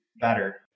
better